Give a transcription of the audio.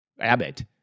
Abbott